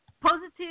positive